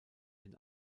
den